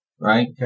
Right